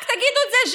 רק תגידו את זה,